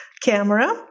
camera